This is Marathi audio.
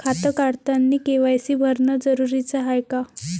खातं काढतानी के.वाय.सी भरनं जरुरीच हाय का?